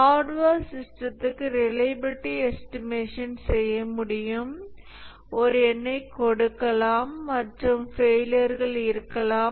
hardware சிஸ்டத்துக்கு reliability estimation செய்ய முடியும் ஒரு எண்ணைக் கொடுக்கலாம் மற்றும் ஃபெயிலியர்கள் இருக்கலாம்